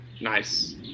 Nice